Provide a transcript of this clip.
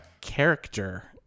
character